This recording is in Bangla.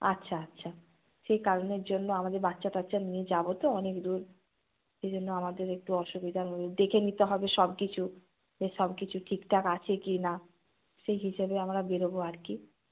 আচ্ছা আচ্ছা সেই কারণের জন্য আমাদের বাচ্চা টাচ্চা নিয়ে যাব তো অনেক দূর এই জন্য আমাদের একটু অসুবিধা দেখে নিতে হবে সব কিছু যে সব কিছু ঠিকঠাক আছে কি না সেই হিসাবে আমরা বেরবো আর কি